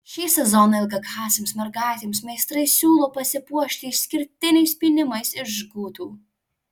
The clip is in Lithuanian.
šį sezoną ilgakasėms mergaitėms meistrai siūlo pasipuošti išskirtiniais pynimais iš žgutų